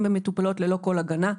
ומטופלות ללא כל הגנה.